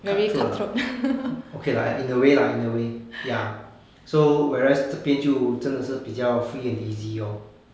cut throat ah okay lah in a way lah in a way ya so whereas 这边就真的是比较 free and easy lor